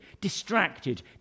distracted